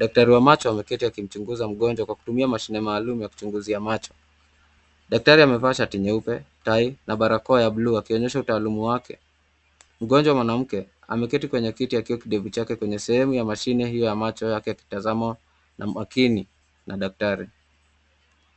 Daktari wa macho ameketi akimchunguza mgonjwa kwa kutumia mashine maalum ya kuchunguzia macho. Daktari amevaa shati nyeupe, tai na barakoa ya blue akionyesha utaalamu wake. Mgonjwa mwanamke ameketi kwenye kiti akiwa kidevu chake kwenye sehemu ya mashine hiyo ya macho huku akitazamwa na makini na daktari.